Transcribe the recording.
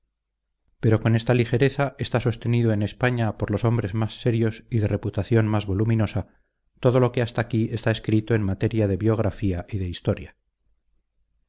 pero con esta ligereza está sostenido en españa por los hombres más serios y de reputacion más voluminosa todo lo que hasta aquí está escrito en materia de biografía y de historia